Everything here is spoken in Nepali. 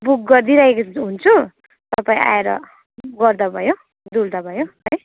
बुक गरिदिइराखेको हुन्छु तपाईँ आएर उयो गर्दा भयो डुल्दा भयो है